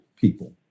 people